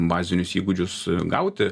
bazinius įgūdžius gauti